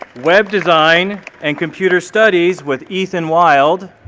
web design and computer studies with ethan wilde.